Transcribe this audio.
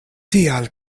tial